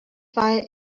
fire